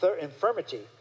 infirmity